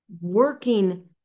working